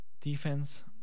defense